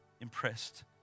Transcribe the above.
impressed